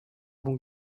bons